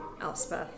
Elspeth